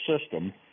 system